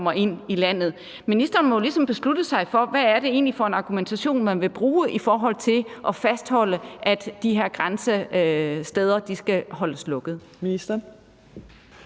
ind i landet. Ministeren må jo ligesom beslutte sig for, hvad det egentlig er for en argumentation, man vil bruge i forhold til at fastholde, at de her grænsesteder skal holdes lukkede.